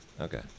Okay